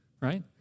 right